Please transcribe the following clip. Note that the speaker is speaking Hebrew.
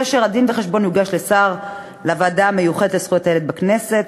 כאשר הדין-וחשבון יוגש לוועדה המיוחדת לזכויות הילד בכנסת,